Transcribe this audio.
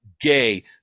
gay